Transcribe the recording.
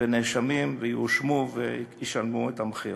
ונאשמים, והם יואשמו וישלמו את המחיר.